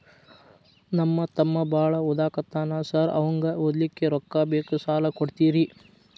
ನಮ್ಮ ತಮ್ಮ ಬಾಳ ಓದಾಕತ್ತನ ಸಾರ್ ಅವಂಗ ಓದ್ಲಿಕ್ಕೆ ರೊಕ್ಕ ಬೇಕು ಸಾಲ ಕೊಡ್ತೇರಿ?